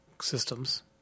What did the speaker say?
systems